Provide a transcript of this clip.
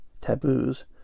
taboos